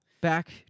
Back